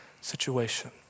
situation